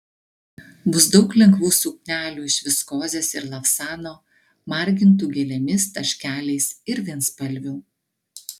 bus daug lengvų suknelių iš viskozės ir lavsano margintų gėlėmis taškeliais ir vienspalvių